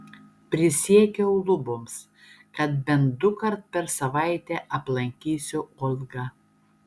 prisiekiau luboms kad bent dukart per savaitę aplankysiu olgą